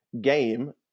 game